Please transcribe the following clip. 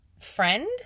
friend